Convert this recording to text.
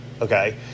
okay